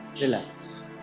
Relax